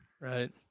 right